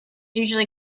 usually